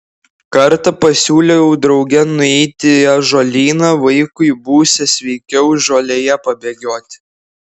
kartą pasiūliau drauge nueiti į ąžuolyną vaikui būsią sveikiau žolėje pabėgioti